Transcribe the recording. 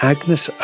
Agnes